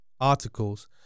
articles